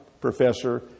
professor